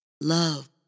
love